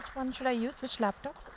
one should i use? which laptop?